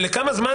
ולכמה זמן